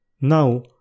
Now